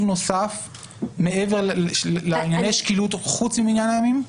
נוסף מעבר לענייני שקילות חוץ ממניין הימים?